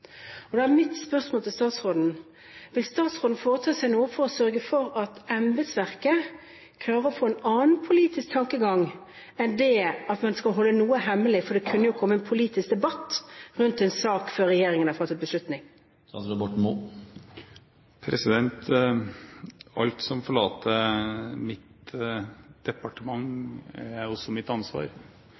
arbeidsform. Da er mitt spørsmål til statsråden: Vil statsråden foreta seg noe for å sørge for at embetsverket klarer å få en annen politisk tankegang enn det at man skal holde noe hemmelig fordi det jo kunne komme en politisk debatt rundt en sak før regjeringen har fattet beslutning? Alt som forlater mitt departement, er også mitt ansvar.